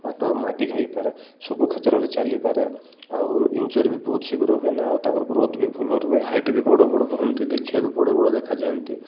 ମାଟ ମାଟି ଖାଇପାରେ ସବୁ କ୍ଷେତ୍ରରେ ଚାଲିପାରେ ଆଉ ଇଞ୍ଜୁରୀ ବି ବହୁତ ଶୀଘ୍ର ହୁଏ ନା ଆଉ ତାଙ୍କର ଗ୍ରୋଥ ବି ଭଲ ରୁହେ ହାଇଟ୍ ବି ବଡ଼ ବଡ଼ ହୁଅନ୍ତି ଦେଖିବାକୁ ବଡ଼ ବଡ଼ ଦେଖାଯାଆନ୍ତି